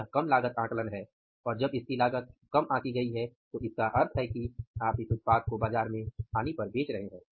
यह कम लागत आकलन है और जब इसकी लागत कम आंकी गई है तो इसका इसका अर्थ है कि आप इस उत्पाद को बाजार में हानि पर बेच रहे हैं